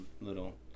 little